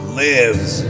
lives